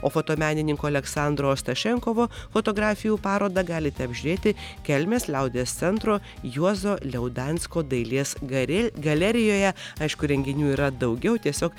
o fotomenininko aleksandro ostašenkovo fotografijų parodą galite apžiūrėti kelmės liaudies centro juozo liaudansko dailės gari galerijoje aišku renginių yra daugiau tiesiog